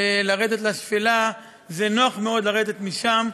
ולרדת לשפלה נוח מאוד לרדת משם,